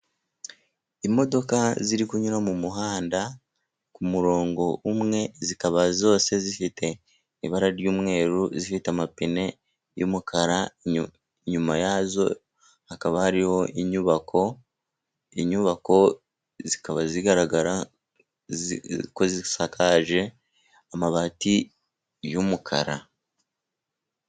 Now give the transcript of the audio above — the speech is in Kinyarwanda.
Imodoka ziri kunyura mu muhanda ku murongo umwe, zikaba zose zifite ibara ry'umweru, zifite amapine y'umukara inyuma yazo hakaba hariho inyubako, inyubako zikaba zigaragara ko zisakaje amabati y'umukara.